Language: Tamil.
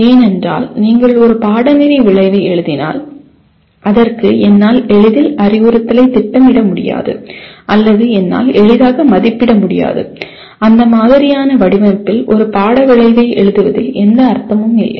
ஏனென்றால் நீங்கள் ஒரு பாடநெறி விளைவை எழுதினால் அதற்கு என்னால் எளிதில் அறிவுறுத்தலைத் திட்டமிட முடியாது அல்லது என்னால் எளிதாக மதிப்பிட முடியாது அந்த மாதிரியான வடிவமைப்பில் ஒரு பாட விளைவை எழுதுவதில் எந்த அர்த்தமும் இல்லை